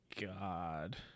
god